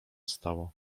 stało